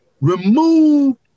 remove